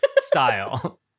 style